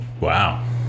Wow